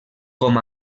com